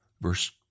verse